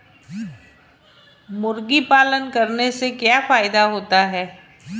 मुर्गी पालन करने से क्या फायदा होता है?